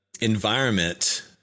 environment